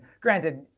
granted